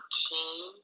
team